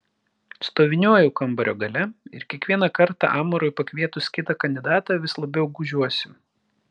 stoviniuoju kambario gale ir kiekvieną kartą amarui pakvietus kitą kandidatą vis labiau gūžiuosi